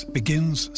begins